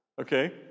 Okay